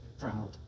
proud